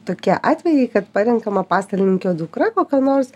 tokie atvejai kad parenkama pastalininkio dukra kokio nors